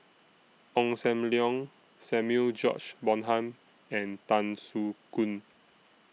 Ong SAM Leong Samuel George Bonham and Tan Soo Khoon